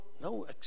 no